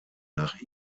nach